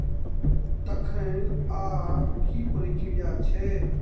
तखनि आब की प्रक्रिया छै